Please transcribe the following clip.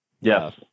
Yes